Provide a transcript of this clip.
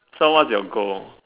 so what's your goal